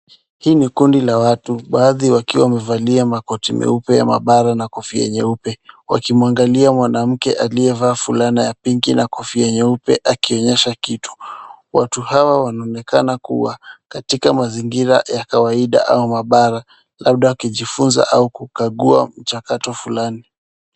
Hili ni kundi la watu baadhi wakiwa wamevalia makoti meupe ya maabara na kofia nyeupe wakimwangalia mwanamke aliyevaa fulana ya pinki na kofia nyeupe akionyesha kitu. Watu hawa wanaonekana kuwa katika mazingira ya kawaida au maabara labda wakijifunza au kukagua mchakato fulani.